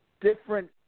different